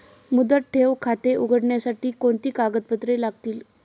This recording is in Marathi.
मुदत ठेव खाते उघडण्यासाठी कोणती कागदपत्रे लागतील?